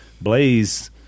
Blaze